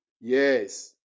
Yes